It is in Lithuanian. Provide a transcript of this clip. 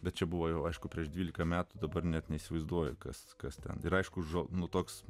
bet čia buvo jau aišku prieš dvylika metų dabar net neįsivaizduoju kas kas ten ir aišku žo nu toks